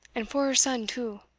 and for her son too